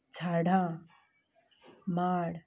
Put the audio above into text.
झाडां माड